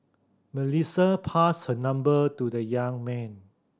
Melissa passed her number to the young man